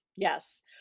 Yes